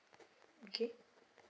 okay